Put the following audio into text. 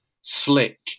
slick